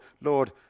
Lord